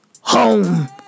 home